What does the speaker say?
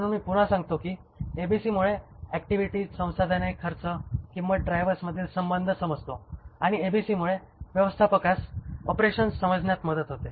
म्हणून मी पुन्हा सांगतो कि ABC मुळे ऍक्टिव्हिटीज संसाधने खर्च आणि किंमत ड्रायव्हर्समधील संबंध समजतो आणिएबीसीमुळे व्यवस्थापकास ऑपरेशन्स समजण्यास मदत होते